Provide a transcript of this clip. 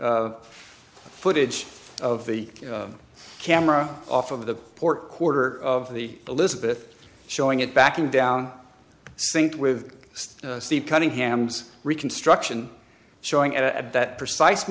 of footage of the camera off of the port quarter of the elizabeth showing it backing down the sink with a steep cunningham's reconstruction showing at that precise